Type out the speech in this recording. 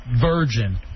virgin